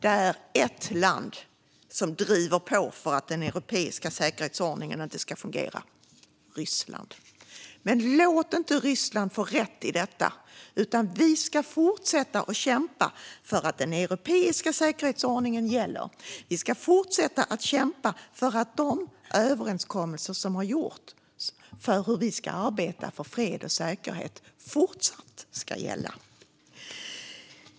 Det är ett land som driver på för att den europeiska säkerhetsordningen inte ska fungera: Ryssland. Låt inte Ryssland få rätt i detta. Vi ska fortsätta att kämpa för att den europeiska säkerhetsordningen gäller. Vi ska fortsätta att kämpa för att de överenskommelser som har gjorts för hur vi ska arbeta för fred och säkerhet fortsatt ska gälla.